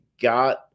got